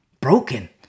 broken